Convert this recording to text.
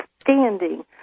standing